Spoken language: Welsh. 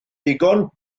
ddigon